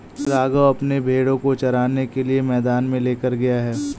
राघव अपने भेड़ों को चराने के लिए मैदान में लेकर गया है